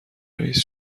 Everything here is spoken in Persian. رئیس